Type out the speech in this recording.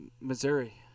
Missouri